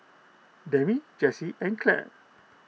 Demi Jessye and Clare